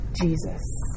Jesus